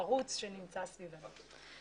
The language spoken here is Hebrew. החרוץ שנמצא סביבנו.